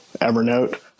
Evernote